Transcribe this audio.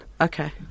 Okay